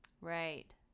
Right